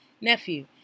nephew